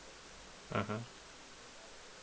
mmhmm